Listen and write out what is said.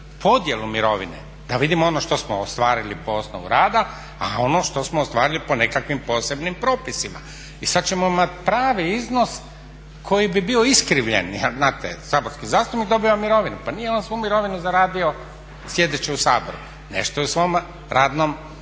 podjelu mirovine da vidimo ono što smo ostvarili po osnovu rada, a ono što smo ostvarili po nekakvim posebnim propisima. I sad ćemo imati pravi iznos koji bi bio iskrivljen, jer znate saborski zastupnik dobiva mirovinu. Pa nije on svu mirovinu zaradio sjedeći u Sabor nešto je u svom radnom vijeku.